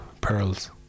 pearls